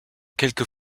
quelques